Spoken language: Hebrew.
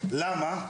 למה?